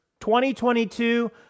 2022